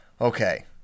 Okay